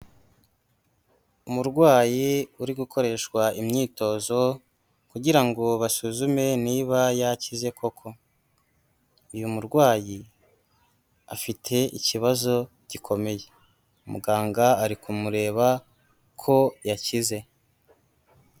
Umurwayi uri gukoreshwa imyitozo, kugira ngo basuzume niba yakize koko. Uyu murwayi afite ikibazo gikomeye. Muganga ari kumureba, ko yakize.